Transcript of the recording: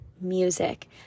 music